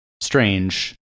strange